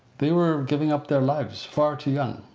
they were giving up their lives far too young.